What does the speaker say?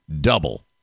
double